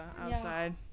outside